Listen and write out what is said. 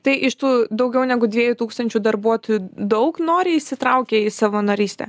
tai iš tų daugiau negu dviejų tūkstančių darbuotojų daug noriai įsitraukia į savanorystę